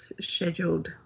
scheduled